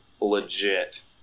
legit